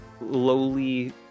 lowly